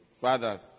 Fathers